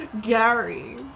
Gary